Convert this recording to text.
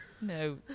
No